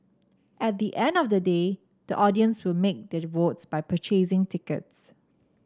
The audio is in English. at the end of the day the audience to make their votes by purchasing tickets